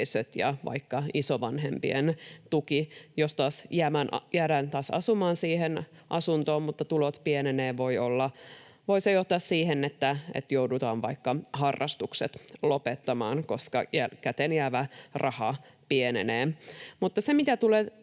isovanhempien tuki. Jos taas jäädään asumaan siihen asuntoon, mutta tulot pienenevät, voi se johtaa siihen, että joudutaan vaikka harrastukset lopettamaan, koska käteen jäävä raha pienenee.